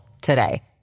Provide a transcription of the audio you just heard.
today